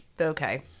okay